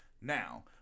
Now